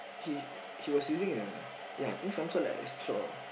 he he was using a ya I think some sort like a straw